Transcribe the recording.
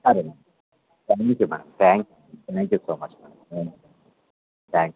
సరే madam thank you madam thank you so much madam thank you